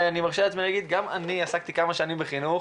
גם אני עסקתי כמה שנים בחינוך,